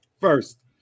First